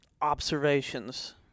observations